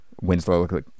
Winslow